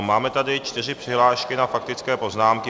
Máme tady čtyři přihlášky k faktickým poznámkám.